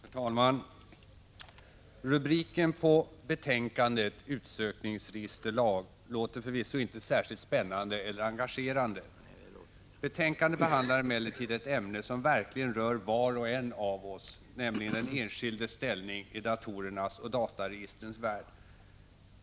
Herr talman! Rubriken på betänkandet, Utsökningsregisterlag, låter förvisso inte särskilt spännande eller engagerande. Betänkandet behandlar emellertid ett ämne som verkligen rör var och en av oss, nämligen den enskildes ställning i datorernas och dataregistrens värld.